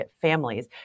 families